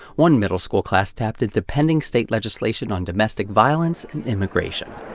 one middle school class tapped into pending state legislation on domestic violence and immigration.